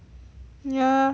ya